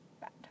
bad